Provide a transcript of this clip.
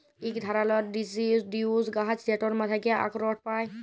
ইক ধারালের ডিসিডিউস গাহাচ যেটর থ্যাকে আখরট পায়